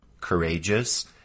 courageous